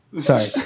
Sorry